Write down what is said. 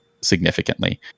significantly